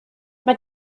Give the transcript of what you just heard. mae